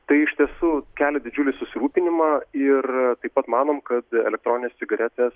tai iš tiesų kelia didžiulį susirūpinimą ir taip pat manom kad elektroninės cigaretės